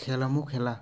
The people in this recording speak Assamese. খেলসমূহ খেলা